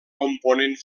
component